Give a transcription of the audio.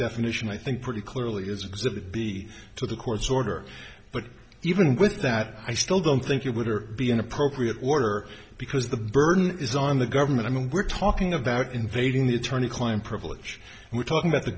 definition i think pretty clearly is exhibit b to the court's order but even with that i still don't think you would it be an appropriate order because the burden is on the government i mean we're talking about invading the attorney client privilege we're talking about the